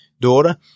daughter